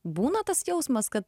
būna tas jausmas kad